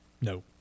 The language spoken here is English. No